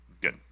Good